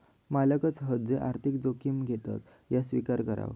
मालकच हत जे आर्थिक जोखिम घेतत ह्या स्विकार करताव